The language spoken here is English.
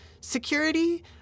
security